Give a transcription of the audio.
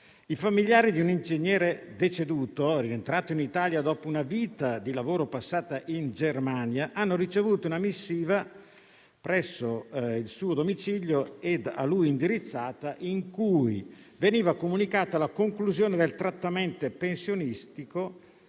I familiari di un ingegnere deceduto, rientrato in Italia dopo una vita di lavoro passata in Germania, hanno ricevuto una missiva presso il suo domicilio e a lui indirizzata, in cui veniva comunicata la conclusione del trattamento pensionistico,